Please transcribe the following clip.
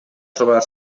trobar